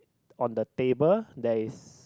on the table there's